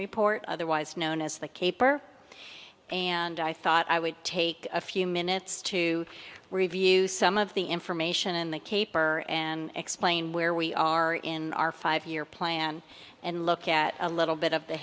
report otherwise known as the caper and i thought i would take a few minutes to review some of the information in the caper and explain where we are in our five year plan and look at a little bit of the